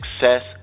success